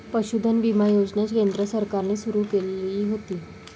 पशुधन विमा योजना केंद्र सरकारने सुरू केली होती